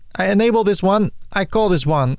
i enable this one. i call this one